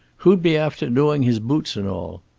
who'd be after doing his boots and all?